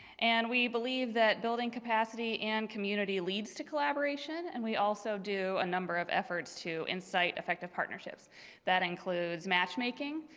and we believe that building capacity and community leads to collaboration and we also do a number of efforts to insight effective partnerships that includes matchmaking.